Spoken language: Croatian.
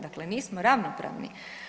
Dakle, nismo ravnopravni.